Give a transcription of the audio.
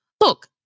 Look